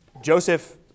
Joseph